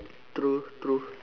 true true